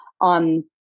on